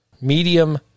Medium